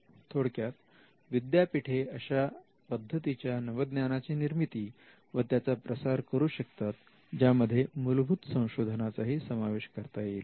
थोडक्यात विद्यापीठे अशा पद्धतीच्या नवज्ञानाची निर्मिती व त्याचा प्रसार करू शकतात ज्यामध्ये मूलभूत संशोधनाचा ही समावेश करता येईल